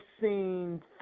seen